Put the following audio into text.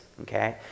okay